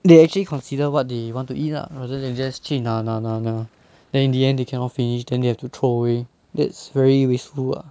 they actually consider what they want to eat lah rather than just 去拿拿拿拿 then in the end they cannot finish then they have to throw away that's very wasteful ah